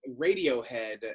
Radiohead